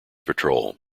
patrol